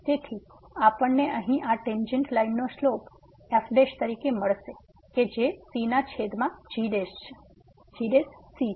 તેથી આપણને અહીં આ ટેંન્જેટ લાઇનનો સ્લોપ f તરીકે મળશે કે જે c ના છેદમાં gc છે